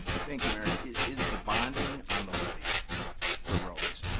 thank, you mayor. is the bonding on the levy for roads?